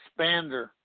expander